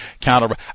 counter